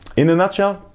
in a nutshell,